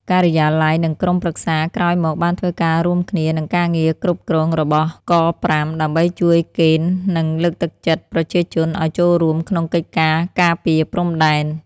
ការិយាល័យ និងក្រុមប្រឹក្សាក្រោយមកបានធ្វើការរួមគ្នានិងការងារគ្រប់គ្រងរបស់” ក៥”ដើម្បីជួយកេណ្ឌនិងលើកទឹកចិត្តប្រជាជនអោយចូលរួមក្នុងកិច្ចការការពារព្រំដែន។